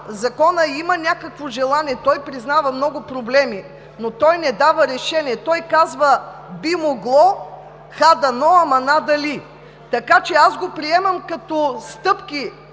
Законът има някакво желание – той признава много проблеми, но той не дава решение. Той казва, че би могло, ха дано, ама надали! Така че аз го приемам като стъпки